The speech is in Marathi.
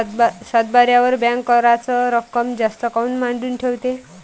सातबाऱ्यावर बँक कराच रक्कम जास्त काऊन मांडून ठेवते?